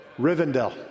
Rivendell